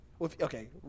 Okay